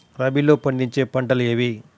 రబీలో పండించే పంటలు ఏవి?